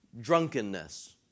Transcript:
drunkenness